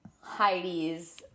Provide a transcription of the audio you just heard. Heidi's